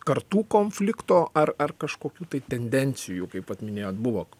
kartų konflikto ar ar kažkokių tai tendencijų kaip vat minėjot buvo